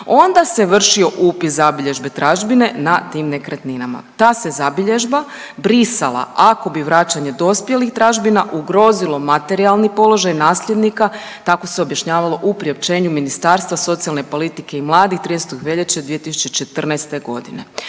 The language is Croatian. onda se vršio upis zabilježbe tražbine na tim nekretninama. Ta se zabilježba brisala ako bi vraćanje dospjelih tražbina ugrozilo materijalni položaj nasljednika, tako se objašnjavalo u priopćenju Ministarstva socijalne politike i mladih 13. veljače 2014.g..